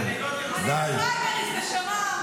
אני פריימריז, נשמה.